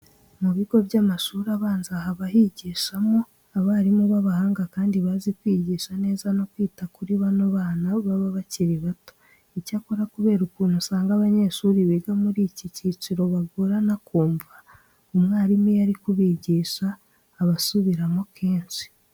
Mu bigo by'amashuri abanza haba higishamo abarimu b'abahanga kandi bazi kwigisha neza no kwita kuri bano bana baba bakiri bato. Icyakora kubera ukuntu usanga abanyeshuri biga muri iki cyiciro bigorana kumva, umwarimu iyo ari kubigisha aba asubiramo kenshi.